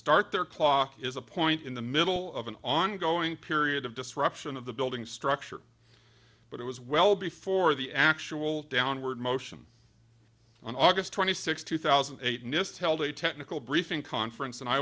start their clock is a point in the middle of an ongoing period of disruption of the building structure but it was well before the actual downward motion on august twenty sixth two thousand and eight nist held a technical briefing conference and i